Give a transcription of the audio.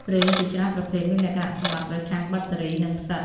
ប្រេងជាច្រើនប្រភេទមានលក្ខណៈសម្បត្តិប្រឆាំងបាក់តេរី និងផ្សិត។